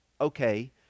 Okay